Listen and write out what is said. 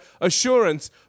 assurance